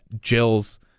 Jill's